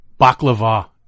Baklava